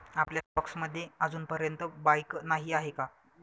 आपल्या स्टॉक्स मध्ये अजूनपर्यंत बाईक नाही आहे का?